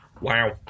Wow